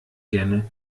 gerne